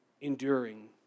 enduring